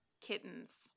kittens